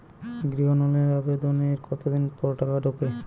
গৃহ লোনের আবেদনের কতদিন পর টাকা ঢোকে?